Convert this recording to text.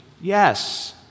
Yes